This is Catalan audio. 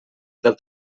del